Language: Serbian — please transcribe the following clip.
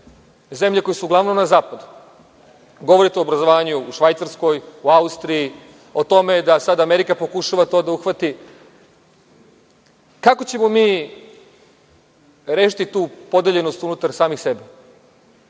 zemlje koje su uglavnom na Zapadu. Govorite o obrazovanju u Švajcarskoj, u Austriji, o tome da sada Amerika pokušava to da uhvati… Kako ćemo mi rešiti tu podeljenost unutar samih sebe?